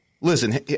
Listen